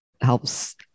helps